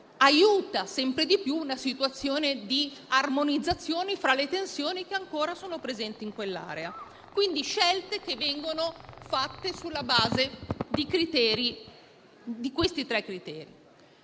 aiuta sempre più nell'armonizzazione fra le tensioni che ancora sono presenti in quell'area. Le scelte quindi vengono fatte sulla base di questi tre criteri.